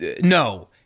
no